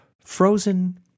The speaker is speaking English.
frozen